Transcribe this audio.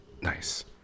Nice